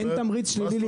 אין תמריץ שלילי.